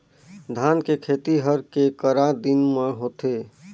धान के खेती हर के करा दिन म होथे?